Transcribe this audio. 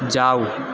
જાઓ